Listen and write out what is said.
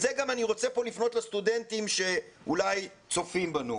אני רוצה לפנות גם לסטודנטים שאולי צופים בנו.